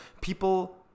people